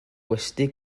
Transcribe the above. gwesty